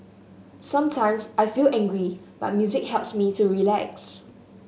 sometimes I feel angry but music helps me to relax